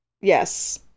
yes